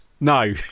no